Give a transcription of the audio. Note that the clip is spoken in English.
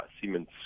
Siemens